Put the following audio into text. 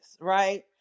right